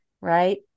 Right